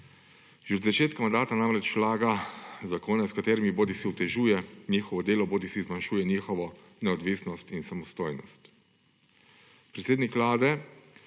Že od začetka mandata namreč vlaga zakone, s katerimi bodisi otežuje njihovo delo bodisi zmanjšuje njihovo neodvisnost in samostojnost. Predsednik Vlade